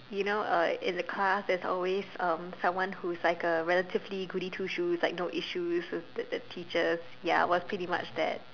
you know uh in a class there's always um someone who's like a relatively goody-two-shoes like no issues with the the teachers ya I was pretty much that